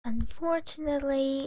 Unfortunately